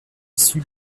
issu